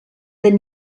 del